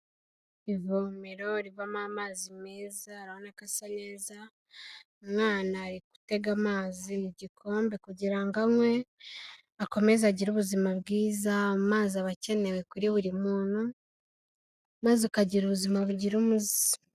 Ivomero rivamo amazi meza, urabona ko asa neza, umwana ari gutega amazi mu gikombe kugira ngo anywe akomeze agire ubuzima bwiza, amazi aba akenewe kuri buri muntu, maze akagira ubuzima bugira umuze.